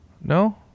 No